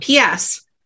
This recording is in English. PS